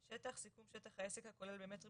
"שטח" סיכום שטח העסק הכולל במטרים